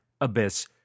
Abyss